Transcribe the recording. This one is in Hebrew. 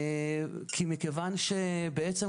מכיוון שבעצם,